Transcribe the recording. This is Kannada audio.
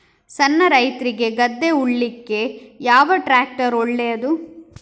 ಸಣ್ಣ ರೈತ್ರಿಗೆ ಗದ್ದೆ ಉಳ್ಳಿಕೆ ಯಾವ ಟ್ರ್ಯಾಕ್ಟರ್ ಒಳ್ಳೆದು?